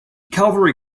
calvary